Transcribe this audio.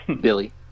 Billy